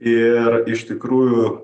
ir iš tikrųjų